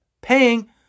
paying